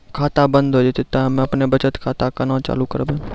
खाता बंद हो जैतै तऽ हम्मे आपनौ बचत खाता कऽ केना चालू करवै?